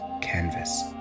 canvas